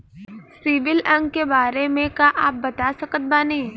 CIBIL अंक के बारे मे का आप बता सकत बानी?